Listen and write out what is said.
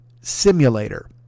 Simulator